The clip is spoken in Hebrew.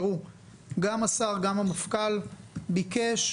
גם השר, גם המפכ"ל ביקשו